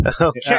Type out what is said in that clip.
Okay